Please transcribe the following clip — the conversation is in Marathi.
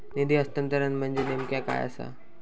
निधी हस्तांतरण म्हणजे नेमक्या काय आसा?